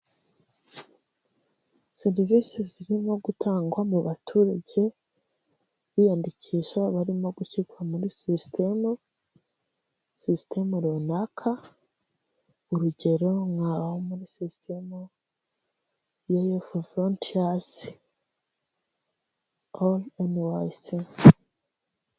Serivisi zirimo gutangwa mu baturage, biyandikisha barimo gushyirwa muri sisitemu, sisitemu runaka, urugero nka muri sisitemu ya yufu voluntiyazi, aho ibintu wabisiba.